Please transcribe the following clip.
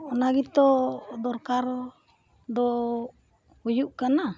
ᱚᱱᱟ ᱜᱮᱛᱚ ᱫᱚᱨᱠᱟᱨ ᱫᱚ ᱦᱩᱭᱩᱜ ᱠᱟᱱᱟ